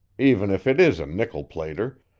even if it is a nickel-plater,